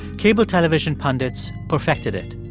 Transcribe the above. cable television pundits perfected it.